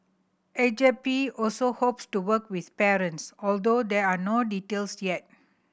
Agape also hopes to work with parents although there are no details yet